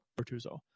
Bertuzzo